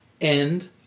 End